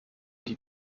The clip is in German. die